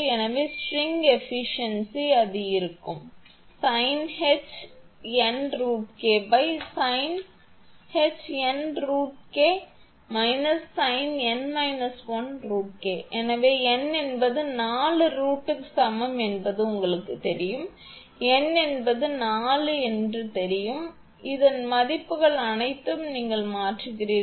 எனவே string efficiency அது இருக்கும் sinh𝑛√𝐾 sinh𝑛√𝐾 − sinh𝑛 − 1√𝐾 எனவே n என்பது 4 ரூட்டுக்கு சமம் என்பது உங்களுக்குத் தெரியும் N என்பது 4 என்பது தெரியும் இந்த மதிப்புகள் அனைத்தையும் நீங்கள் மாற்றுகிறீர்கள்